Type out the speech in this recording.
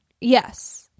Yes